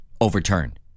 overturned